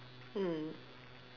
mm